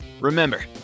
Remember